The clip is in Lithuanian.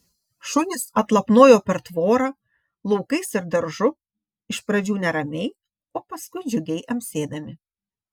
šunys atlapnojo per tvorą laukais ir daržu iš pradžių neramiai o paskui džiugiai amsėdami